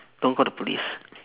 don't call the police